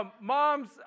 Moms